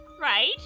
right